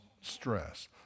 stress